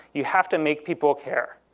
you have to make people care.